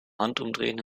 handumdrehen